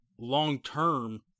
long-term